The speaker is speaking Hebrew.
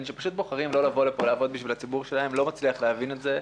שבוחרים לא לעבוד עבור ציבור המצביעים שלהם.